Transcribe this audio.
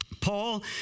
Paul